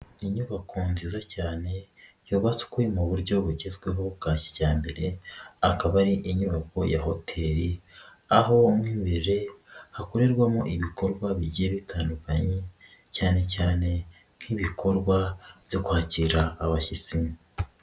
Inyubako nziza cyane yubatswe mu buryo bugezweho bwa kijyambere akaba ari inyubako ya hoteli aho mo imbere hakorerwamo ibikorwa bigiye bitandukanye cyane cyane nk'ibikorwa byo kwakira abashyitsi.